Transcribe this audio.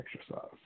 exercise